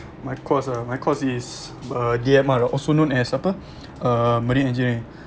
my course ah my course is uh D_M_R also known as apa uh marine engineering